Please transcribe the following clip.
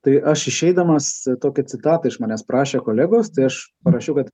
tai aš išeidamas tokią citatą iš manęs prašė kolegos tai aš parašiau kad